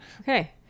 Okay